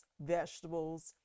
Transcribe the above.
vegetables